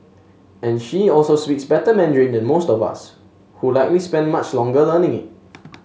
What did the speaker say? and she also speaks better Mandarin than most of us who likely spent much longer learning it